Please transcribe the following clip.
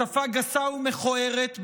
בשפה גסה ומכוערת,